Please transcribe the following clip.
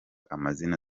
amazina